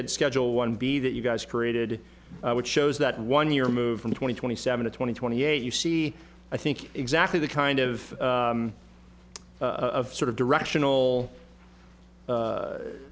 at schedule one b that you guys created which shows that one year move from twenty twenty seven to twenty twenty eight you see i think exactly the kind of sort of directional